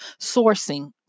sourcing